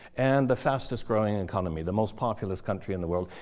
and the fastest growing and economy, the most populous country in the world.